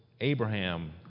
Abraham